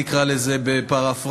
נקרא לזה בפרפראזה,